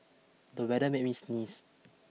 the weather made me sneeze